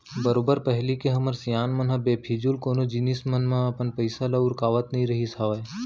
बरोबर पहिली के हमर सियान मन ह बेफिजूल कोनो जिनिस मन म अपन पइसा ल उरकावत नइ रहिस हावय